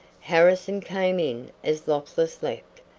harrison came in as lotless left.